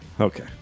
okay